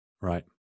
Right